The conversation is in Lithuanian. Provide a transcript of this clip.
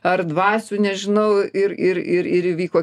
ar dvasių nežinau ir ir ir įvyko